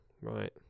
Right